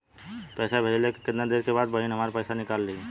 पैसा भेजले के कितना देरी के बाद बहिन हमार पैसा निकाल लिहे?